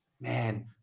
Man